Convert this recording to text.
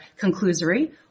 conclusory